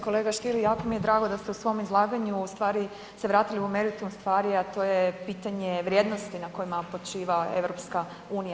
Kolega Stier, jako mi je drago da ste u svom izlaganju ustvari se vratili u meritum stvari, a to je pitanje vrijednosti na kojima počiva EU.